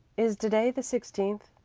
is to-day the sixteenth?